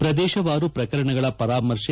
ಪ್ರದೇಶವಾರು ಪ್ರಕರಣಗಳ ಪರಾಮರ್ತೆ